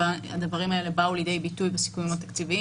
הדברים האלה באו לידי ביטוי בסיכומים התקציביים